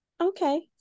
Okay